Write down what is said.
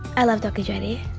i love dr jodie,